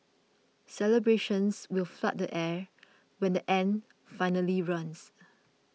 celebrations will flood the air when the end finally runs